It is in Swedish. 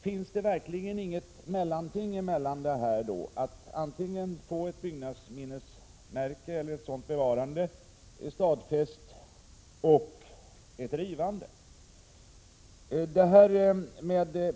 Finns det verkligen inget mellanting — någonting mellan ett stadfästande som byggnadsminnesmärke och ett rivande?